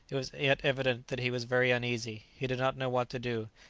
it was yet evident that he was very uneasy he did not know what to do,